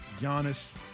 Giannis